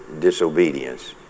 disobedience